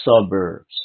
suburbs